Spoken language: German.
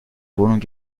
wohnung